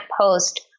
post